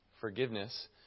Forgiveness